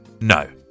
No